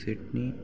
Sydney